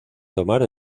tomar